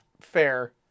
fair